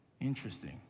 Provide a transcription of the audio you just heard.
Interesting